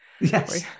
Yes